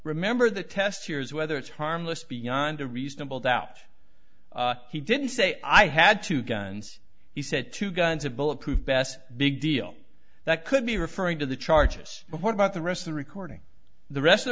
remember the test here is whether it's harmless beyond a reasonable doubt he didn't say i had two guns he said two guns a bulletproof vest big deal that could be referring to the charges but what about the rest the recording the rest